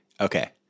Okay